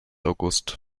august